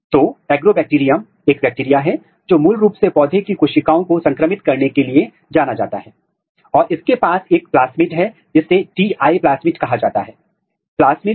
यदि आपकी प्रमोटर गतिविधि या यदि आपका प्रमोटर रिपोर्टर गतिविधि सीटू संकरण के जैसी है तो आप कह सकते हैं कि प्रमोटर तत्व या प्रमोटर क्षेत्र जिसे आपने चुना है यह पूरा हो गया है और इसमें सभी CIS नियामक तत्व हैं जो कि इस प्रमोटर का हिस्सा है या जिसको इस प्रमोटर की आवश्यकता है